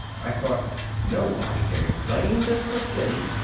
i thought, nobody can explain this but siddy,